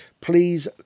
please